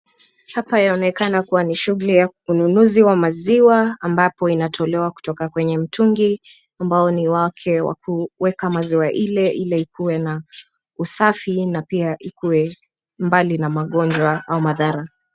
Hapa yaonekana kuwa ni shughuli ya ununuzi wa maziwa ambapo inatolewa kutoka kwenye mtungi ambao ni wake wa kuweka maziwa ile ili ikuwe na usafi na pia ikue mbali na magonjwa au madhara.